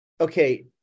okay